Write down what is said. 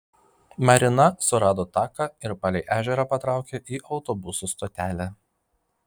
marina surado taką ir palei ežerą patraukė į autobusų stotelę